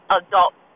adult